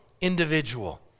individual